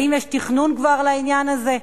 האם כר יש תכנון לעניין הזה?